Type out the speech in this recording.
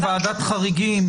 אז מי שוועדת החריגים